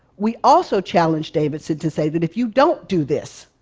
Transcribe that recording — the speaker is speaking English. we also challenged davidson to say that if you don't do this,